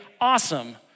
Awesome